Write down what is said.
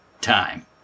time